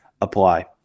apply